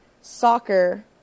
soccer